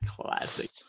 classic